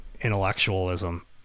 intellectualism